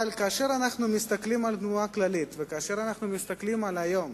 אבל כאשר אנחנו מסתכלים על התנועה הכללית וכאשר אנחנו מסתכלים על היום,